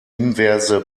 inverse